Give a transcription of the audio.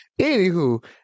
anywho